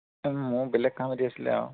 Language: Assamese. মোৰো বেলেগ কাম এটি আছিলে আৰু